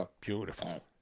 Beautiful